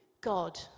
God